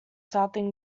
southern